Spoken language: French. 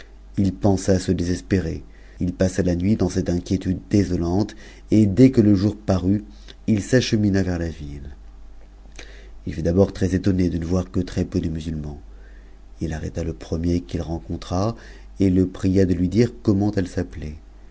il pensa se dcsospc n passa la nuit dans cette inquiétude désolante et dès que le j j tuina vers la ville il fat d'abord trcs étonné de ne voir que très-peu de musulman il arrêta le premier qu'il rencontra et le pria de lui comment elle s'appelait